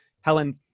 Helen